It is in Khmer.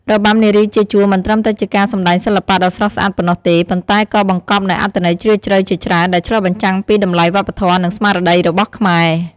របាំនារីជាជួរ មិនត្រឹមតែជាការសម្តែងសិល្បៈដ៏ស្រស់ស្អាតប៉ុណ្ណោះទេ ប៉ុន្តែក៏បង្កប់នូវអត្ថន័យជ្រាលជ្រៅជាច្រើន ដែលឆ្លុះបញ្ចាំងពីតម្លៃវប្បធម៌ និងស្មារតីរបស់ខ្មែរ។